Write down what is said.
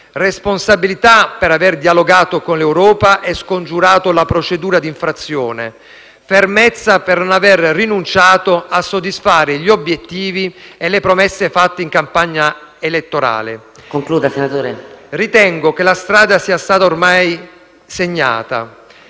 responsabilità per aver dialogato con l'Europa e scongiurato la procedura di infrazione; fermezza per non aver rinunciato a soddisfare gli obiettivi e le promesse fatte in campagna elettorale. PRESIDENTE. Senatore Turco, la invito